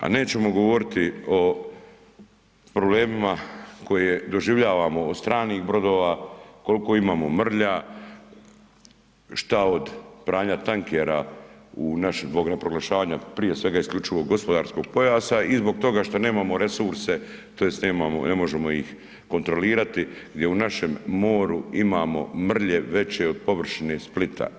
A nećemo govoriti o problemima koje doživljavamo od stranih brodova, koliko imamo mrlja, što od pranja tankera u naš, proglašavanja prije svega isključivog gospodarskog pojasa i zbog toga što nemamo resurse, tj. nemamo, ne možemo ih kontrolirati, gdje u našem moru imamo mrlje veće od površine Splita.